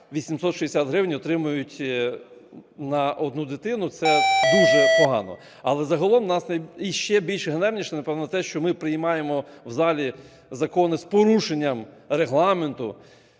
860 гривень отримують на одну дитину, це дуже погано. Але загалом у нас іще більш ганебніше, напевно, те, що ми приймаємо в залі закони з порушенням Регламенту,